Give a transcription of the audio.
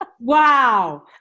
Wow